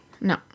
No